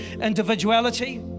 individuality